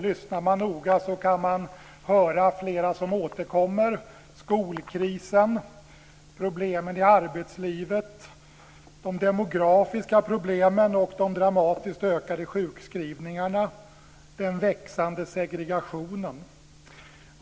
Lyssnar man noga kan man höra flera som återkommer: skolkrisen, problemen i arbetslivet, de demografiska problemen, de dramatiskt ökade sjukskrivningarna och den växande segregationen.